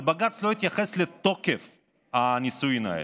אבל בג"ץ לא התייחס לתוקף של הנישואים האלה.